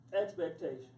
expectation